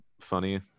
funny